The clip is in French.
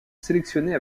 sélectionnés